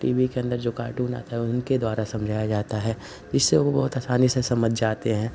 T V के अंदर जो कार्टून आता है उनके द्वारा समझाया जाता है इससे वो बहुत आसानी से समझ जाते हैं